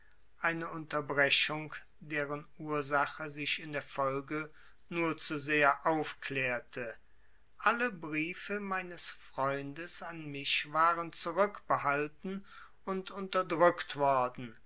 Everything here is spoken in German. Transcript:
eine unterbrechung deren ursache sich in der folge nur zu sehr aufklärte alle briefe meines freundes an mich waren zurückbehalten und unterdrückt worden